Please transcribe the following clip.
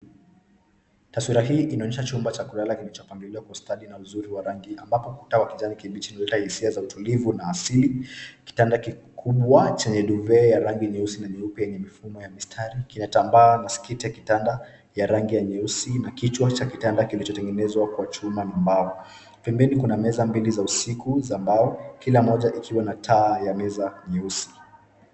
Taswira hii inaonyesha chumba cha kulala kilichopangiliwa kwa ustadi na uzuri wa rangi ambapo kukuta wa kijani kibichi unaleta hisia za utulivu na asili. Kitanda kikubwa chenye duvet ya rangi nyeusi na nyeupe yenye mifumo ya mistari, kinatambaa na skiti ya kitanda ya rangi nyeusi na kichwa cha kitanda kilichotengenezwa kwa chuma na mbao. Pembeni kuna meza mbili za usiku za mbao, kila moja ikiwa na taa ya meza nyeusi.